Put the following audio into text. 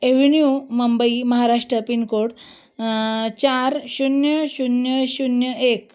avenue Mumbai Maharashtra pin code चार शून्य शून्य शून्य एक